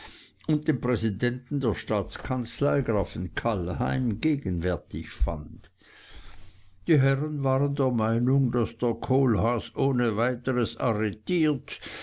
und den präsidenten der staatskanzelei grafen kallheim gegenwärtig fand die herren waren der meinung daß der kohlhaas ohne weiteres arretiert